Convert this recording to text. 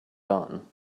done